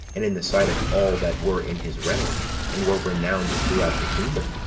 and in the sight of all that were in his realm, and were renowned throughout the kingdom,